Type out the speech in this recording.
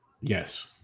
Yes